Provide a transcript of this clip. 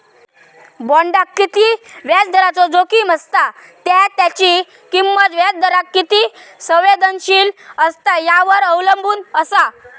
बॉण्डाक किती व्याजदराचो जोखीम असता त्या त्याची किंमत व्याजदराक किती संवेदनशील असता यावर अवलंबून असा